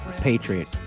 Patriot